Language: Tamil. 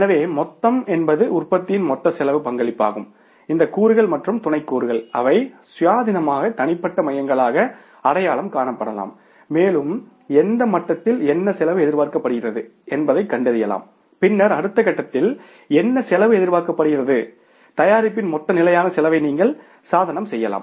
எனவே மொத்தம் என்பது உற்பத்தியின் மொத்த செலவுக்கு பங்களிக்கும் இந்த கூறுகள் மற்றும் துணை கூறுகள் அவை சுயாதீனமான தனிப்பட்ட மையங்களாக அடையாளம் காணப்படலாம் மேலும் எந்த மட்டத்தில் என்ன செலவு எதிர்பார்க்கப்படுகிறது என்பதைக் கண்டறியலாம் பின்னர் அடுத்த கட்டத்தில் என்ன செலவு எதிர்பார்க்கப்படுகிறது தயாரிப்பின் மொத்த நிலையான செலவை நீங்கள் சாதனம் செய்யலாம்